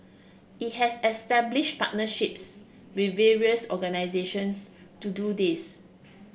it has established partnerships with various organisations to do this